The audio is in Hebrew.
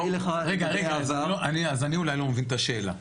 אז אני אולי לא מבין את השאלה.